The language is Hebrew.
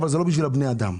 לא בשביל בני אדם.